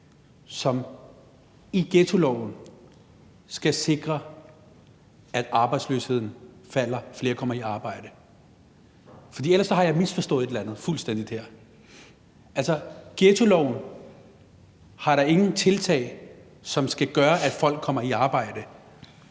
som i ghettoloven skal sikre, at arbejdsløsheden falder og flere kommer i arbejde? For ellers har jeg fuldstændig misforstået et eller andet her. Altså, ghettoloven har da ingen tiltag, som skal gøre, at folk kommer i arbejde;